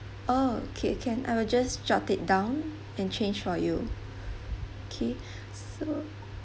oh okay can I will just jot it down and change for you K so